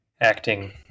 acting